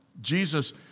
Jesus